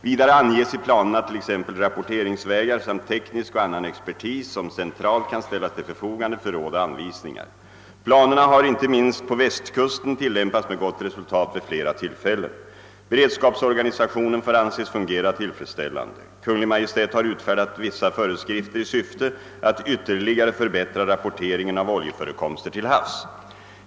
Vidare anges i planerna t.ex. rapporteringsvägar samt teknisk och annan expertis som centralt kan ställas till förfogande för råd och anvisningar. Planerna har inte minst på västkusten tillämpats med gott resultat vid flera tillfällen. Beredskapsorganisationen får anses fungera tillfredsställande. Kungl. Maj:t har utfärdat vissa föreskrifter i syfte att ytterligare förbättra rapporteringen av oljeförekomster till havs.